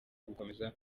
gukomeza